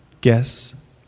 guess